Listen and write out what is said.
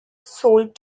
sold